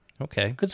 Okay